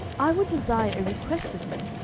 i would desire a request of you,